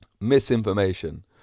Misinformation